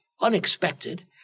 unexpected